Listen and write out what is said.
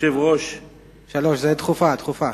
הצעה דחופה,